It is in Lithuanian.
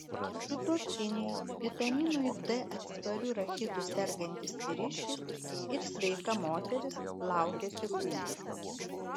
sutuoktiniai vitaminui d atspariu rachitu sergantis vyriškis ir sveika moteris laukiasi kūdikio